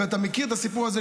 ואתה מכיר את הסיפור הזה,